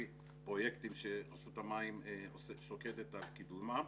פרויקטים שרשות המים שוקדת על קידומם.